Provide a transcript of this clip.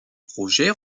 projet